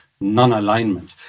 non-alignment